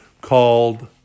called